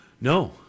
No